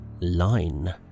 line